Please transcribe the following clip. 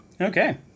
Okay